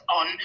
on